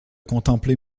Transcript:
contempler